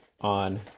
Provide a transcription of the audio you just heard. on